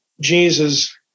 Jesus